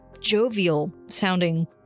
jovial-sounding